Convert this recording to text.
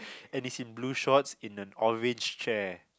and he's in blue shorts in an orange chair